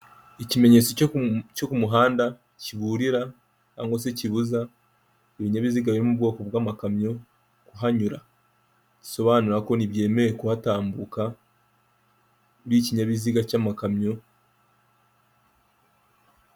Ikimenyetso cyo ku muhanda kiburira cyangwa se kibuza ibinyabiziga biri mu bwoko bw'amakamyo, kuhanyura bisobanura ko ntibyemewe kuhatambuka, by'ikinyabiziga cy'amakamyo.